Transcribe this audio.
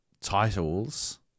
titles